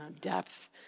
depth